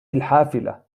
الحافلة